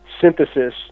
synthesis